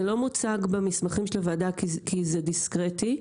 זה לא מוצג במסמכים של הוועדה כי זה דיסקרטי,